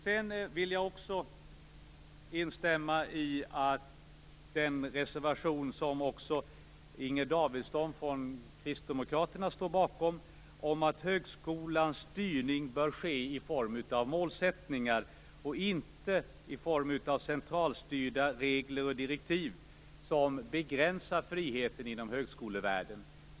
Jag vill också instämma i den reservation som också Inger Davidson från Kristdemokraterna står bakom och som handlar om att högskolans styrning bör ske i form av målsättningar och inte i form av centralstyrda regler och direktiv som begränsar friheten inom högskolevärlden.